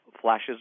flashes